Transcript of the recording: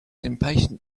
impatient